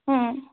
হুম